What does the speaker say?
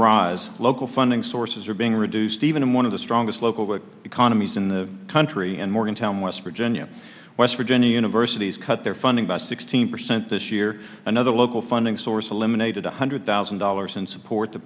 rise local funding sources are being reduced even in one of the strongest local economies in the country and morgantown west virginia west virginia universities cut their funding by sixteen percent this year another local funding source eliminated one hundred thousand dollars in support to